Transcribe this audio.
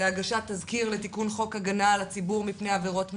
להגשת תזכיר לשר המשפטים לתיקון חוק הגנה על הציבור מפני עבירות מין.